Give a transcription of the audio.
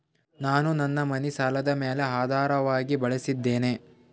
ನಾನು ನನ್ನ ಮನಿ ಸಾಲದ ಮ್ಯಾಲ ಆಧಾರವಾಗಿ ಬಳಸಿದ್ದೇನೆ